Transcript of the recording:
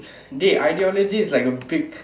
dey ideology is like a big